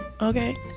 okay